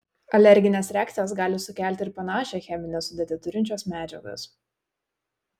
alergines reakcijas gali sukelti ir panašią cheminę sudėtį turinčios medžiagos